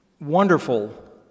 wonderful